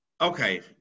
Okay